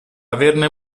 averne